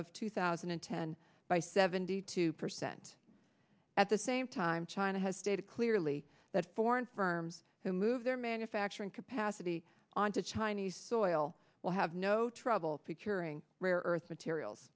of two thousand and ten by seventy two percent at the same time china has stated clearly that foreign firms who move their manufacturing capacity on to chinese soil will have no trouble picturing rare earth materials